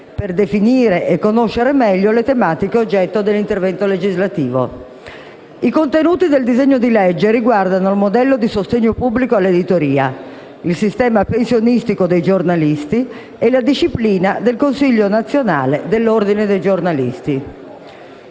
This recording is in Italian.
per definire e conoscere meglio le tematiche oggetto dell'intervento legislativo. I contenuti del disegno di legge riguardano il modello di sostegno pubblico all'editoria, il sistema pensionistico dei giornalisti e la disciplina del Consiglio nazionale dell'Ordine dei giornalisti.